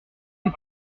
que